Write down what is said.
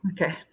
Okay